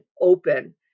open